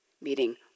meeting